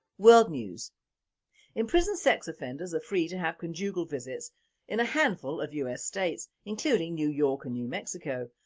world news imprisoned sex offenders are free to have conjugal visits in a handful of us states, including new york and new mexico,